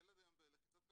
ילד היום בלחיצת כפתור,